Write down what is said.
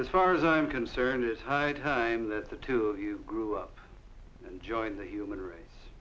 as far as i'm concerned it's high time that the two of you grew up join the human race